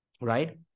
Right